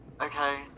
Okay